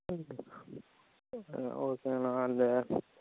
okay ஆ ஓகேண்ணா அந்த